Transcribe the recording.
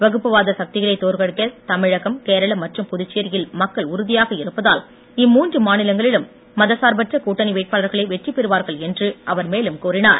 வகுப்புவாத சக்திகளை தோற்கடிக்க தமிழகம் கேரளம் மற்றும் புதுச்சேரியில் மக்கள் உறுதியாக இருப்பதால் இம்மூன்று மாநிலங்களிலும் மதசார்பற்ற கூட்டணி வேட்பாளர்களே வெற்றி பெறுவார்கள் என்று அவர் மேலும் கூறினார்